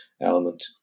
element